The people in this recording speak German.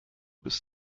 bis